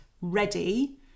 ready